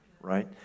right